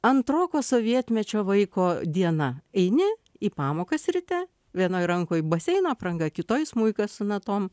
antroko sovietmečio vaiko diena eini į pamokas ryte vienoj rankoj baseino apranga kitoj smuikas su natom